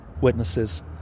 Witnesses